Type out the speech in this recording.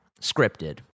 scripted